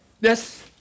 Yes